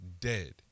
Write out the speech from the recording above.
dead